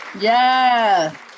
Yes